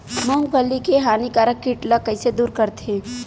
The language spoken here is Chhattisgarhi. मूंगफली के हानिकारक कीट ला कइसे दूर करथे?